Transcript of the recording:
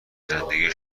زندگی